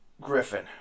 Griffin